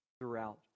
Throughout